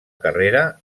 carrera